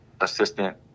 assistant